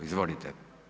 Izvolite!